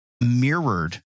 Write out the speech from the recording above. mirrored